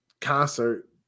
concert